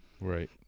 Right